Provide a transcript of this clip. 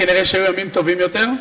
כנראה היו ימים טובים יותר.